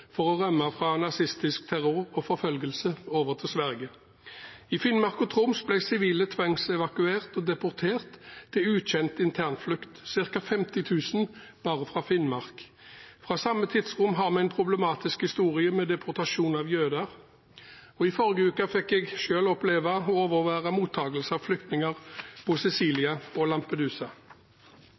for å rømme fra nazistisk terror og forfølgelse over til Sverige. I Finnmark og Troms ble sivile tvangsevakuert og deportert til ukjent internflukt, ca. 50 000 bare fra Finnmark. Fra samme tidsrom har vi en problematisk historie med deportasjon av jøder. I forrige uke fikk jeg selv oppleve å overvære mottakelse av flyktninger på Sicilia og Lampedusa.